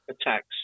attacks